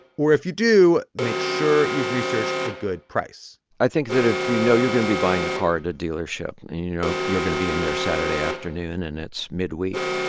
or if you do, make sure you've researched a good price i think that if you know you're going to be buying a car at a dealership and you know you're going to be in there saturday afternoon, and it's midweek,